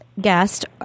guest